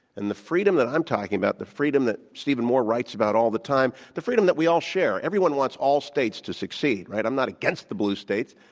and the freedom that i'm talking about, the freedom that stephen moore writes about all the time, the freedom that we all share. everyone wants all states to succeed. right, i'm not against the blue states,